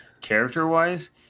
Character-wise